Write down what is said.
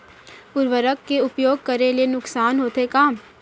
उर्वरक के उपयोग करे ले नुकसान होथे का?